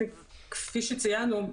כפי שציינו,